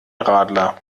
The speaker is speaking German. radler